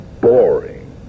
boring